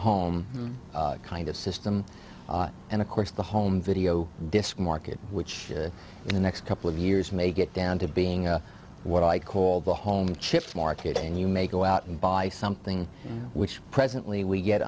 home kind of system and of course the home video disc market which in the next couple of years may get down to being what i call the home chips market and you may go out and buy something which presently we get